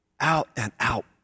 out-and-out